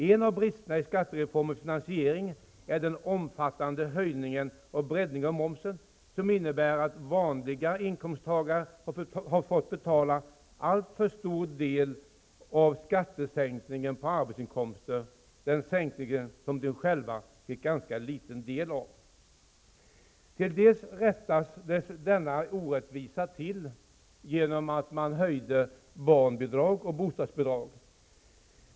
En av bristerna i skattereformens finansiering är den omfattande höjningen och breddningen av momsen, som innebär att vanliga inkomsttagare har fått betala en alltför stor del av skattesänkningen i fråga om arbetsinkomster -- en sänkning som de själva ganska litet har fått del av. Till dels rättades denna orättvisa till genom höjda barnbidrag och bostadsbidrag.